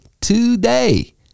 today